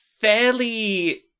fairly